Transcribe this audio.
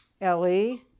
Ellie